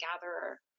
gatherer